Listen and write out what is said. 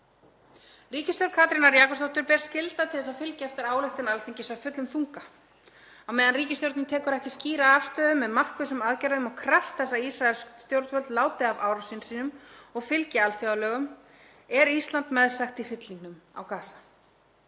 Ríkisstjórn Katrínar Jakobsdóttur ber skylda til þess að fylgja eftir ályktun Alþingis af fullum þunga. Á meðan ríkisstjórnin tekur ekki skýra afstöðu með markvissum aðgerðum og krefst þess að ísraelsk stjórnvöld láti af árásum sínum og fylgi alþjóðalögum er Ísland meðsekt í hryllingnum á Gaza.